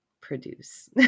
produce